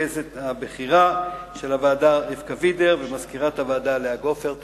לרכזת הבכירה של הוועדה רבקה וידר ולמזכירת הוועדה לאה גופר.